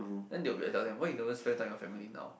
then they will be asking why you never spend time with your family now